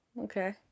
Okay